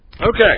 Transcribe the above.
okay